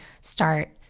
start